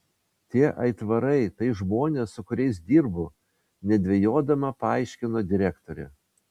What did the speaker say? tie aitvarai tai žmonės su kuriais dirbu nedvejodama paaiškino direktorė